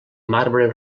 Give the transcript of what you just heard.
marbre